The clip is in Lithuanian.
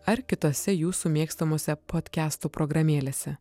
ar kitose jūsų mėgstamose podkestų programėlėse